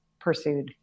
pursued